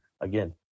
again